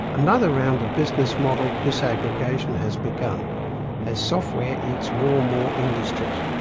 another round of business model disaggregation has begun as software eats more and more industries.